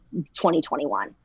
2021